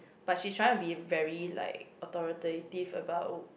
but she's trying to be very like authoritative about